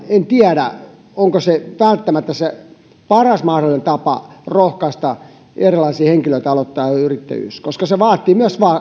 en tiedä onko osakepääomavaatimuksen poistaminen välttämättä nimenomaan se paras mahdollinen tapa rohkaista erilaisia henkilöitä aloittamaan yrittäjyys koska se vaatii myös